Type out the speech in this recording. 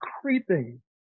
creeping